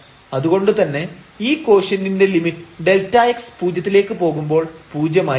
അതുകൊണ്ടുതന്നെ ഈ കോഷ്യന്റിന്റെ ലിമിറ്റ് Δx പൂജ്യത്തിലേക്ക് പോകുമ്പോൾ പൂജ്യമായിരിക്കും